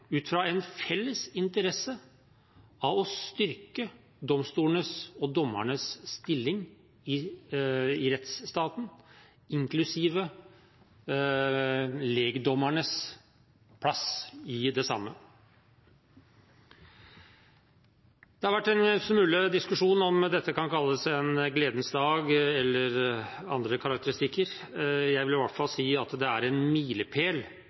en felles interesse av å styrke domstolenes og dommernes stilling i rettsstaten, inklusiv lekdommernes plass i det samme. Det har vært en smule diskusjon om dette kan kalles en gledens dag eller om den har andre karakteristikker. Jeg vil i hvert fall si at det vedtaket vi fatter i dag, er en milepæl.